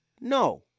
No